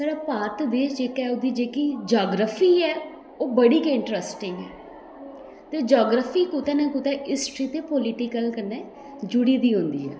साढ़े भारत देश दी जेह्की जियोग्रॉफी ऐ ओह् बड़ी गै इंटरस्टिंग ऐ ते जियोग्रऑफी कुतै ना कुतै हिस्ट्री ते पॉलिटिकल कन्नै जुड़ी दी होंदी ऐ